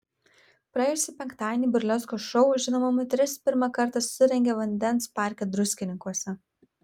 praėjusį penktadienį burleskos šou žinoma moteris pirmą kartą surengė vandens parke druskininkuose